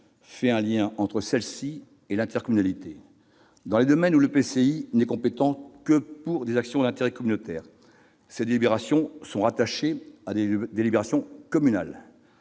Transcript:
fait le lien entre celle-ci et l'intercommunalité. En outre, dans les domaines où l'EPCI n'est compétent que pour les actions d'intérêt communautaire, ses délibérations sont rattachées à des délibérations communales.